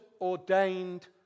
ordained